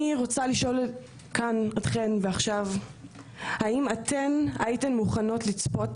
אני רוצה לשאול אתכם כאן האם אתן הייתן מוכנות לצפות